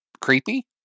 creepy